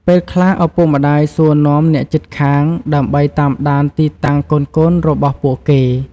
ពេលខ្លះ ឪពុកម្តាយសួរនាំអ្នកជិតខាង ដើម្បីតាមដានទីតាំងកូនៗរបស់ពួកគេ។